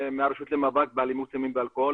ברוב חטיבות הביניים אין לי מספר מדויק כרגע,